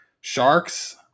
sharks